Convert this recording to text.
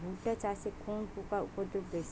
ভুট্টা চাষে কোন পোকার উপদ্রব বেশি?